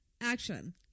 action